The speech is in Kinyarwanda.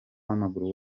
w’amaguru